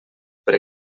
per